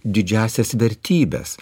didžiąsias vertybes